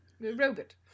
Robot